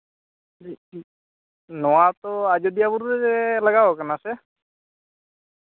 ᱱᱚᱣᱟ ᱛᱚ ᱟᱡᱚᱫᱤᱭᱟᱹ ᱵᱩᱨᱩ ᱨᱮ ᱞᱟᱜᱟᱣ ᱠᱟᱱᱟ ᱥᱮ